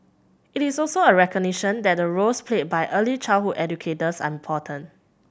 it is also a recognition that the roles played by early childhood educators are important